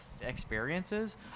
experiences